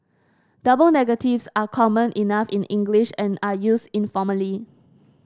double negatives are common enough in English and are used informally